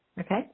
Okay